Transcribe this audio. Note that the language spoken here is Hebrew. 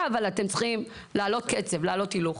אבל אתם צריכים לעלות קצב ולהעלות הילוך.